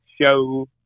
show